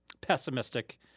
pessimistic